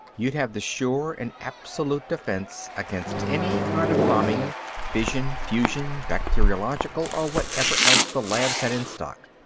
you'd have the sure and absolute defense against any kind of bombing fission, fusion, bacteriological or whatever else the labs had in stock.